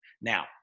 Now